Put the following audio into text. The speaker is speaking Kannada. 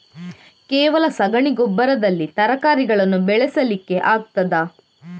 ಕೇವಲ ಸಗಣಿ ಗೊಬ್ಬರದಲ್ಲಿ ತರಕಾರಿಗಳನ್ನು ಬೆಳೆಸಲಿಕ್ಕೆ ಆಗ್ತದಾ?